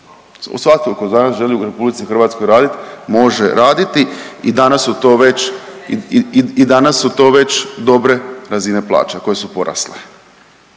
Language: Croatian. Svatko tko danas želi u RH radit može raditi i danas su to već dobre razine plaće koje su porasle.